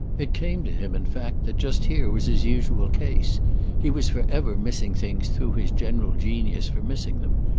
it came to him in fact that just here was his usual case he was for ever missing things through his general genius for missing them,